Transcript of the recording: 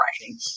writing